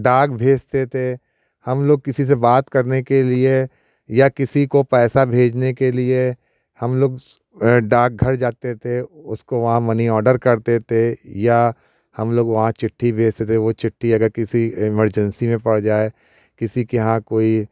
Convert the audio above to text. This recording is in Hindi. डाक भेजते थे हम लोग किसी से बात करने के लिए या किसी को पैसा भेजने के लिए हम लोग डाक घर जाते थे उसको वहाँ मनी ऑर्डर करते थे या हम लोग वहाँ चिट्ठी भेजते थे वह चिट्ठी अगर किसी इमरजेंसी में पड़ जाए किसी कि यहाँ कोई